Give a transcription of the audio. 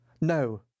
No